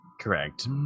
correct